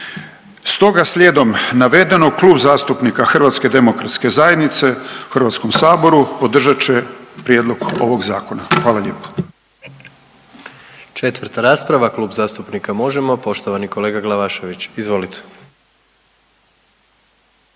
Stoga slijedom navedenog Klub zastupnika HDZ-a u Hrvatskom saboru podržat će prijedlog ovog zakona. Hvala lijepo. **Jandroković, Gordan (HDZ)** Četvrta rasprava Klub zastupnika Možemo, poštovani kolega Glavašević. Izvolite.